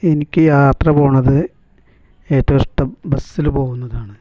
എനിക്ക് യാത്ര പോകുന്നത് ഏറ്റവും ഇഷ്ടം ബസ്സിൽ പോവുന്നതാണ്